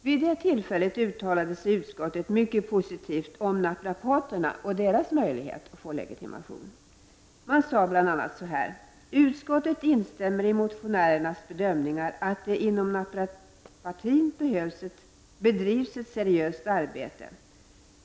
Vid det tillfället uttalade sig utskottet mycket positivt om naprapaterna och deras möjlighet att få legitimation. Man sade bl.a.: ”Utskottet instämmer i motionärernas bedömningar att det inom naprapatin bedrivs ett seriöst arbete.